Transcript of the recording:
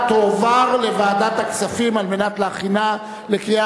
ההצעה תועבר לוועדת הכספים על מנת להכינה לקריאה